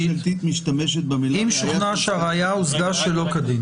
הממשלתית אומרת: אם שוכנע כי הראיה הושגה שלא כדין.